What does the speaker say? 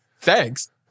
thanks